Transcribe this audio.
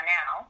Now